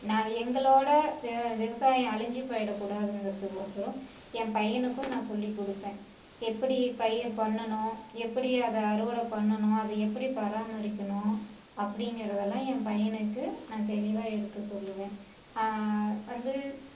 நான் எங்களோடய விவ விவசாயம் அழிஞ்சி போயிடக்கூடாதுங்கிறதுக்கு உசரம் என் பையனுக்கும் நான் சொல்லி கொடுப்பேன் எப்படி பயிர் பண்ணணும் எப்படி அதை அறுவடை பண்ணணும் அதை எப்படி பராமரிக்கணும் அப்டிங்கிறதெல்லாம் என் பையனுக்கு நான் தெளிவாக எடுத்து சொல்லுவேன் வந்து